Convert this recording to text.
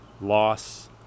loss